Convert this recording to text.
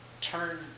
turn